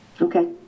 Okay